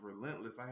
relentless